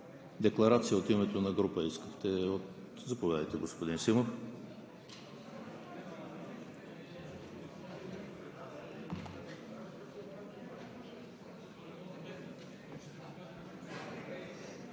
Декларация от името на група – заповядайте, господин Симов.